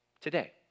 today